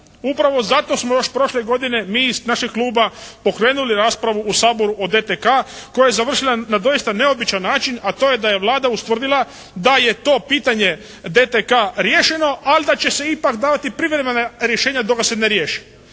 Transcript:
Upravo zato smo još prošle godine mi iz našeg kluba pokrenuli raspravu u Saboru o DTK koja je završila na doista neobičan način, a to je da je Vlada ustvrdila da je to pitanje DTK riješeno, ali da će se ipak dati privremena rješenja dok ga se ne riješi.